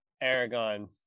Aragon